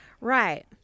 Right